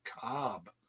Cobb